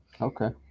Okay